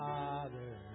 Father